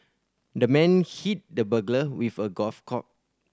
the man hit the burglar with a golf club